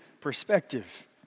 perspective